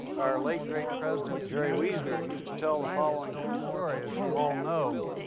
our late great president, jerry wiesner used to tell the following true story. as you all know,